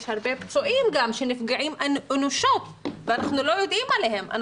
יש הרבה פצועים שנפגעים אנושות ואנחנו לא יודעים עליהם.